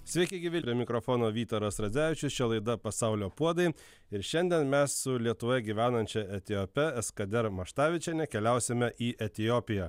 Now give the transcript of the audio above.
sveiki gyvi prie mikrofono vytaras radzevičius čia laida pasaulio puodai ir šiandien mes su lietuvoje gyvenančia etiope eskader maštavičiene keliausime į etiopiją